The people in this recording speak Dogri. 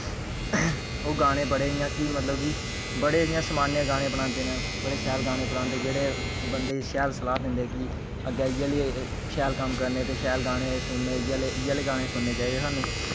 ओह् गाने बडे इयां कि मतलब कि बडे इयां समान्य गाने बनांदे ना बडे शैल गाने बनांदे न जेहडे बंदे गी शैल सलाह दिंदे गी अग्गे इयै जेहे शैल कम्म करने ते शैल गाने सुनने इये ले गाने सुनने चाहिदे सानू